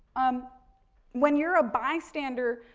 um when you're a bystander,